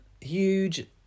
huge